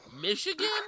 Michigan